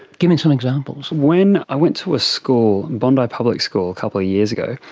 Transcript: give me some examples. when i went to a school, bondi public school a couple of years ago,